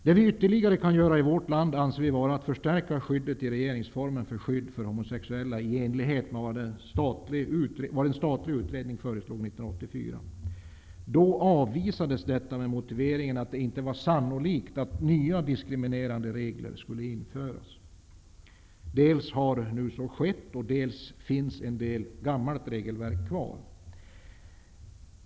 Det vi ytterligare kan göra i vårt land anser vi vara att förstärka skyddet för homosexuella i enlighet med vad en statlig utredning föreslog 1984. Då avvisades detta med motiveringen att det inte var sannolikt att nya diskriminerande regler skulle införas. Dels har nu så skett, dels finns en del gammalt regelverk kvar.